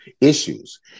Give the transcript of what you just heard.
issues